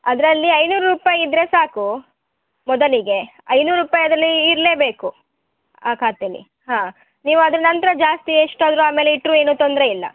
ಅದರಲ್ಲಿ ಐನೂರು ರೂಪಾಯಿ ಇದ್ದರೆ ಸಾಕು ಮೊದಲಿಗೆ ಐನೂರು ರೂಪಾಯಿ ಅದರಲ್ಲೀ ಇರಲೆಬೇಕು ಆ ಖಾತೇಲಿ ಹಾಂ ನೀವು ಅದ್ರ ನಂತರ ಜಾಸ್ತಿ ಎಷ್ಟಾದರು ಆಮೇಲೆ ಇಟ್ಟರು ಏನು ತೊಂದರೆ ಇಲ್ಲ